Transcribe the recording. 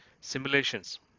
Simulations